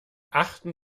achten